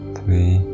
three